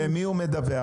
ולמי הוא מדווח?